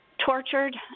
tortured